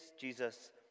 Jesus